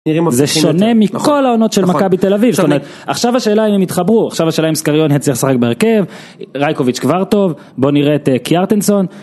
זה שונה מכל העונות של מכבי תל אביב, זאת אומרת, עכשיו השאלה אם הם יתחברו, עכשיו השאלה אם סקריון יצליח לשחק בהרכב, רייקוביץ' כבר טוב, בואו נראה את קיארטנסון